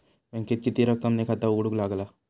बँकेत किती रक्कम ने खाता उघडूक लागता?